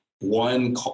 one